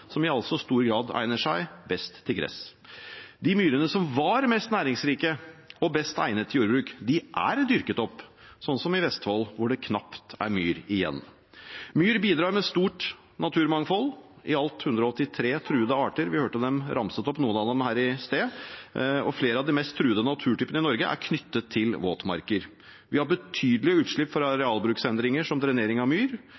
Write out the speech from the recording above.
som altså i stor grad egner seg best til gress. De myrene som var mest næringsrike og best egnet til jordbruk, er dyrket opp, slik som i Vestfold, hvor det knapt er myr igjen. Myr bidrar med et stort naturmangfold. I alt 183 truede arter – vi hørte dem ramset opp, noen av dem, her i sted – og flere av de mest truede naturtypene i Norge er knyttet til våtmarker. Vi har betydelig utslipp fra arealbruksendringer som drenering av myr.